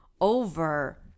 over